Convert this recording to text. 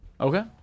Okay